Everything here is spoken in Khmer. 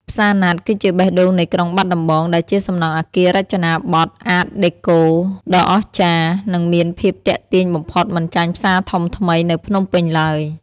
ផ្សារណាត់គឺជាបេះដូងនៃក្រុងបាត់ដំបង ដែលជាសំណង់អគាររចនាប័ទ្ម "Art Deco" ដ៏អស្ចារ្យ និងមានភាពទាក់ទាញបំផុតមិនចាញ់ផ្សារធំថ្មីនៅភ្នំពេញឡើយ។